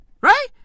Right